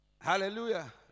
Hallelujah